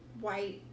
white